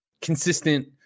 consistent